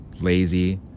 lazy